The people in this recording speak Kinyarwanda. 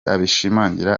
abishimangira